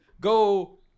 go